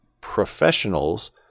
professionals